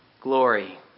glory